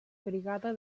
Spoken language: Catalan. brigada